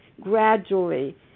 gradually